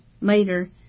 later